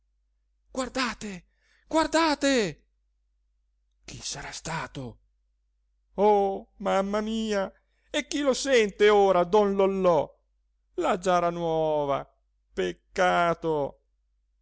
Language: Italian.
guardate guardate chi sarà stato oh mamma mia e chi lo sente ora don lollò la giara nuova peccato